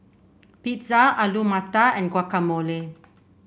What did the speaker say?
Pizza Alu Matar and Guacamole